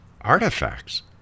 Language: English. Artifacts